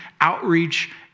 outreach